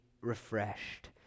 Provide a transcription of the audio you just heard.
refreshed